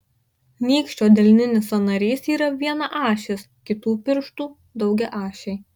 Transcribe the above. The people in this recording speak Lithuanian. nykščio delninis sąnarys yra vienaašis kitų pirštų daugiaašiai